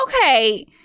Okay